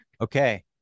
Okay